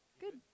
good